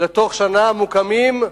אלא תוך שנה מקימים,